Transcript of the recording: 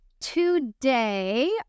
today